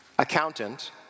accountant